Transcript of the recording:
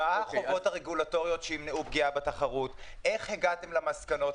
מה החובות הרגולטוריות שימנעו פגיעה בתחרות ואיך הגעתם למסקנות.